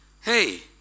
hey